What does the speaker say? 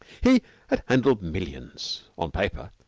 he had handled millions on paper,